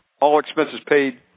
all-expenses-paid